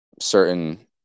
certain